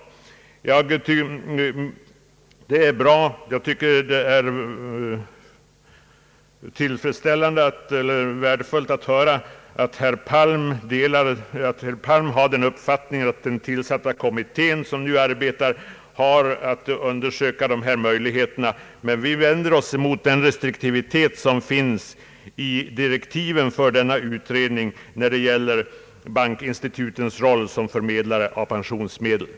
Jag tycker att det är värdefullt att herr Palm har den uppfattningen att den tillsatta kommittén, som nu arbetar, har att undersöka dessa möjligheter. Men vi vänder oss mot den restriktivitet som finns i direktiven för denna utredning när det gäller bankinstitutens roll som förmedlare av pensionsmedel.